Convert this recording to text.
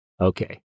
Okay